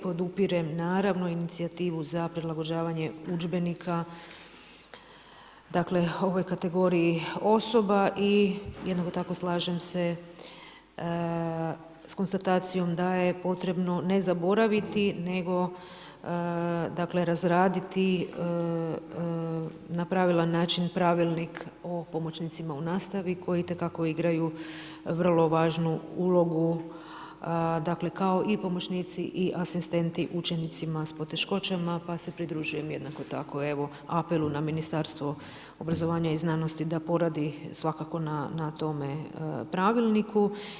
Podupirem naravno inicijativu za prilagođavanje udžbenika, dakle o ovoj kategoriji osoba i jednako tako slažem se s konstatacijom da je potrebno ne zaboraviti nego, razraditi na pravilan način pravilnik o pomoćnicima u nastavi, koji itekako igraju vrlo važnu ulogu, dakle, kao i pomoćnici i asistenti učenicima s poteškoćama, pa se pridružujem jednako tako, evo apelu na Ministarstvo obrazovanja i znanosti da poradi svakako na tome pravilniku.